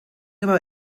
about